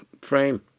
frame